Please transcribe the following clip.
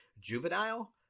Juvenile